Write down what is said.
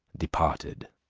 departed.